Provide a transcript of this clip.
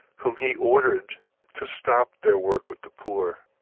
whom he ordered to stop their work with the poor.